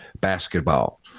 basketball